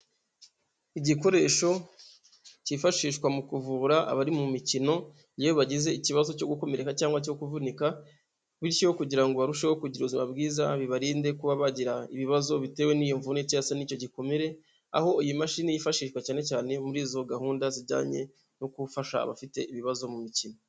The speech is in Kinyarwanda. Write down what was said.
Igikoresho cyifashishwa mu kuvura abari mu mikino iyo bagize ikibazo cyo gukomereka cyangwa cyo kuvunika, bityo kugira ngo barusheho kugira ubuzima bwiza bibarinde kuba bagira ibibazo bitewe n'iyomvune cyangwa se n'icyo gikomere, aho iyi mashini yifashishwa cyane cyane muri izo gahunda zijyanye no gufasha abafite ibibazo mu mikino.